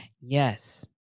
Yes